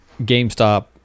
GameStop